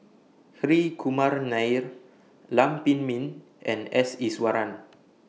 Hri Kumar Nair Lam Pin Min and S Iswaran